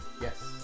Yes